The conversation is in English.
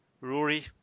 Rory